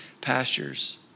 pastures